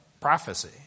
prophecy